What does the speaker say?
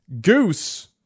Goose